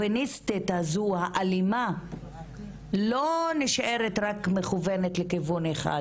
השוביניסטית הזו והאלימה לא נשארת מכוונת רק לכיוון אחד.